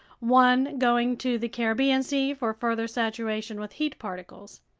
one going to the caribbean sea for further saturation with heat particles.